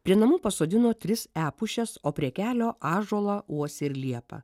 prie namų pasodino tris epušes o prie kelio ąžuolą uosį ir liepą